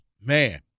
man